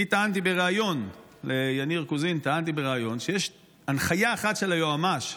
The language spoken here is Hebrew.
אני טענתי בריאיון ליניר קוזין שיש הנחיה אחת של היועמ"ש,